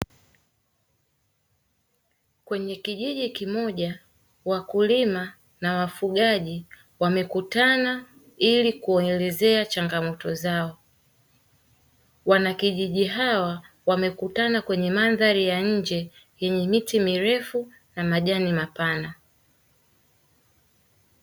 Kwenye kijiji kimoja, wakulima na wafugaji wamekutana ili kuelezea changamoto zao. Wanakijiji hawa wamekutana kwenye mandhari ya nje yenye miti mirefu na majani mapana.